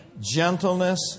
gentleness